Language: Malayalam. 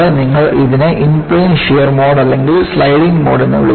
നിങ്ങൾ ഇതിനെ ഇൻ പ്ലെയിൻ ഷിയർ മോഡ് അല്ലെങ്കിൽ സ്ലൈഡിംഗ് മോഡ് എന്ന് വിളിക്കുന്നു